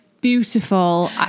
beautiful